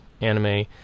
anime